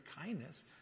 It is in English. kindness